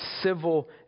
civil